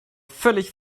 völlig